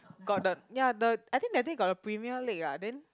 got the ya the I think that day got a Premier League ah then